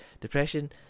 depression